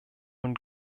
nun